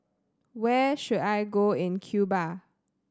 where should I go in Cuba